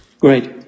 Great